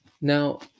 Now